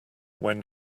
when